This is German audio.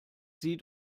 sie